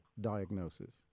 diagnosis